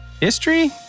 history